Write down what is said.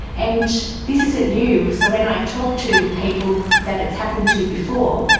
and this isn't new. so when i talk to people that it's happened to before,